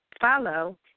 follow